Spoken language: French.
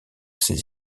ses